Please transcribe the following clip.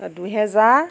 দুহেজাৰ